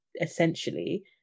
essentially